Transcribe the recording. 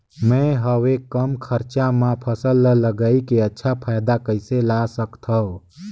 मैं हवे कम खरचा मा फसल ला लगई के अच्छा फायदा कइसे ला सकथव?